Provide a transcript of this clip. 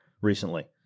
recently